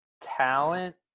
talent